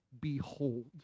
behold